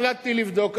החלטתי לבדוק,